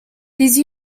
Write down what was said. these